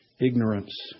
ignorance